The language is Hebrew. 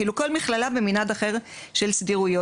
כלומר, כל מכללה במנעד אחר של סדירויות.